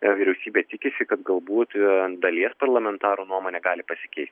vyriausybė tikisi kad galbūt dalies parlamentarų nuomonė gali pasikeist